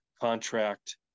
contract